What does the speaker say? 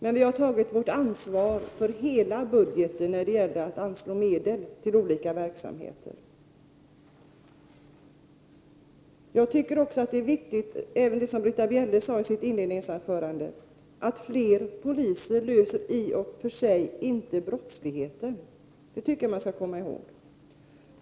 Men vi har tagit vårt ansvar för hela budgeten när det gäller att anslå medel till olika verksamheter. Jag tycker att det som Britta Bjelle sade i sitt inledningsanförande är viktigt, nämligen att fler poliser i och för sig inte löser problemet med brottsligheten. Det tycker jag att man skall komma ihåg.